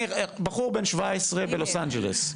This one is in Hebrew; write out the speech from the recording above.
אני בחור בן 17 בלוס אנג'לס.